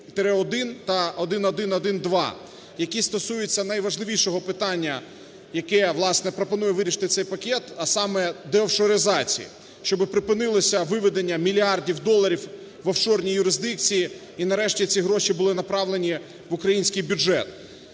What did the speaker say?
та 1112, які стосуються найважливішого питання, яке, власне, пропонує вирішити цей пакет, а саме деофшоризації, щоби припинилися виведення мільярдів доларів в офшорні юрисдикції і нарешті цю гроші були направлені в український бюджет.